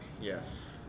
Yes